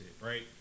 right